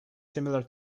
similar